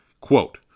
Quote